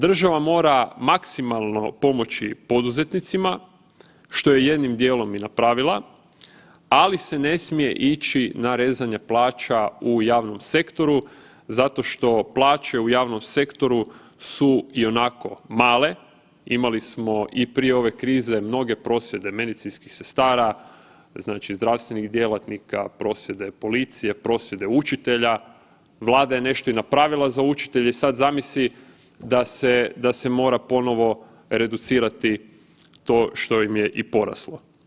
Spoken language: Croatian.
Država mora maksimalno pomoći poduzetnicima, što je jednim dijelom i napravila, ali se ne smije ići na rezanje plaća u javnom sektoru zato što plaće u javnom sektoru su ionako male, imali smo i prije ove krize mnoge prosvjede medicinskih sestara, znači zdravstvenih djelatnika, prosvjede policije, prosvjede učitelja, Vlada je nešto i napravila za učitelje i sad zamisli da se mora ponovo reducirati to što im je i poraslo.